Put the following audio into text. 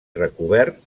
recobert